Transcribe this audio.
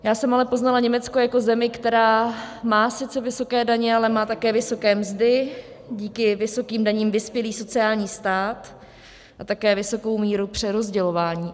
Já jsem ale poznala Německo jako zemi, která má sice vysoké daně, ale má také vysoké mzdy, díky vysokým daním vyspělý sociální stát a také vysokou míru přerozdělování.